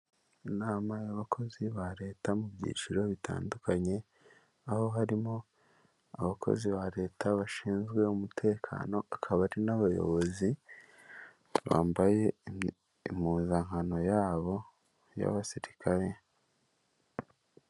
Inama y'abakozi ba leta mu byiciro bitandukanye aho harimo abakozi ba leta bashinzwe umutekano akaba ari n'abayobozi, bambaye impuzankano yabo y'abasirikare.